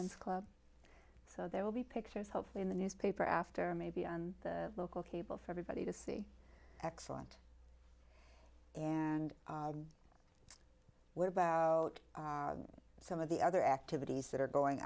s club so there will be pictures hopefully in the newspaper after maybe on the local cable for everybody to see excellent and what about some of the other activities that are going